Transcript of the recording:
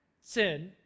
sin